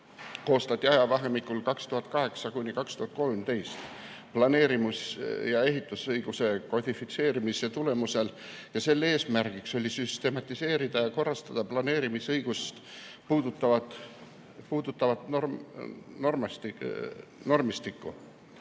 koostati ajavahemikul 2008–2013 planeerimis‑ ja ehitusõiguse kodifitseerimise tulemusel. Selle eesmärgiks oli süstematiseerida ja korrastada planeerimisõigust puudutavat normistikku.